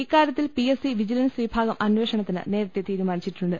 ഇക്കാ രൃത്തിൽ P S C vigilance വിഭാഗം അന്വേഷണത്തിന് നേരത്തെ തീരുമാനിച്ചിട്ടുണ്ട്